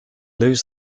lose